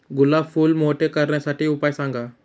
गुलाब फूल मोठे करण्यासाठी उपाय सांगा?